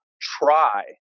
try